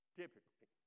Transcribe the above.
typically